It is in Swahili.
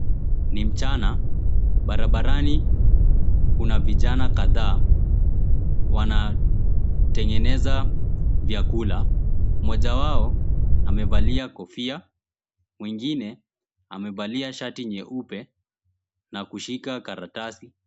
Ni mchana, barabarani kuna vijana kadhaa. Wanatengeneza vyakula. Mmoja wao amevalia kofia. Mwengine amevalia shati nyeupe na kushika karatasi.